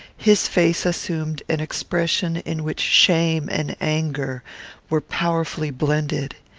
his face assumed an expression in which shame and anger were powerfully blended.